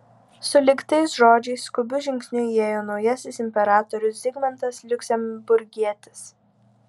sulig tais žodžiais skubiu žingsniu įėjo naujasis imperatorius zigmantas liuksemburgietis